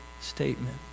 statement